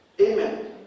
Amen